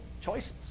choices